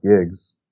gigs